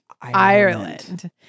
Ireland